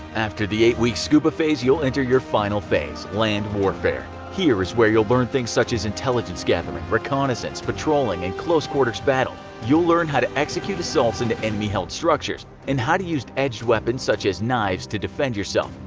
after the eight week scuba phase, you'll enter your final phase land warfare. here is where you'll learn things such as intelligence-gathering, reconnaissance, patrolling, and close-quarters battle. you'll learn how to execute assaults into enemy-held structures, and how to use edged weapons such as knives to defend yourself.